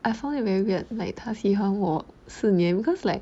I found it very weird like 他喜欢我四年 because like